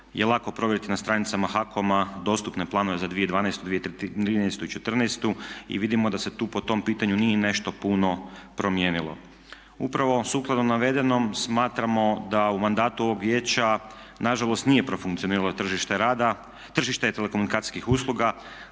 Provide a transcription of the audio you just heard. je lako provjeriti na stranicama HAKOM-a dostupne planove za 2012., 2013. i 2014. i vidimo da se tu po tom pitanju nije nešto puno promijenilo. Upravo sukladno navedenom smatramo da u mandatu ovog vijeća nažalost nije profunkcioniralo tržište rada, tržište telekomunikacijskih usluga.